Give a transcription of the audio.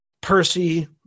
Percy